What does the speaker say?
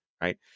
right